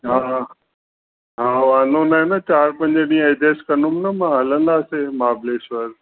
हा हा हा हा हलंदुमि न चारि पंज ॾींहं अडजैस्ट कंदुमि न मां हलंदासी महाबलेश्वर